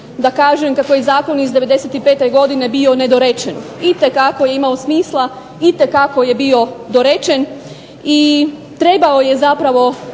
da kažem kako je zakon iz '95. godine bio nedorečen. Itekako je imao smisla, itekako je bio dorečen, i trebao je zapravo